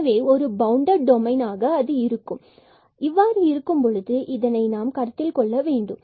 எனவே ஒரு பவுண்டட் டொமைனாக இருக்கும் பொழுது நாம் இதை கணக்கில் கொள்ள வேண்டும்